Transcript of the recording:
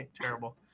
terrible